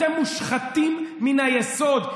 אתם מושחתים מן היסוד.